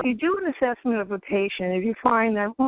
do do an assessment of a patient and you find that,